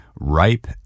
ripe